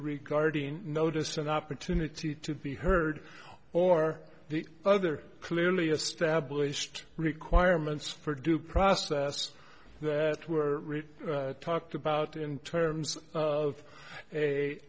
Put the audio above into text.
regarding notice an opportunity to be heard or the other clearly established requirements for due process that were talked about in terms of a